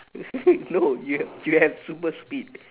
no you have you have super speed